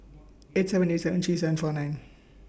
eight seven eight seven three seven four nine